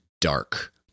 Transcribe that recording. dark